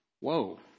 Whoa